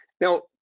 Now